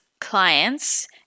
clients